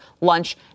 lunch